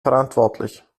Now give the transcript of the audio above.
verantwortlich